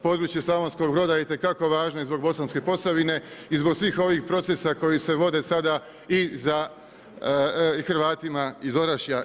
Područje Slavonskog Broda je itekako važno i zbog Bosanske Posavine i zbog svih ovih procesa koji se vode sada i za Hrvatima iz Orašja.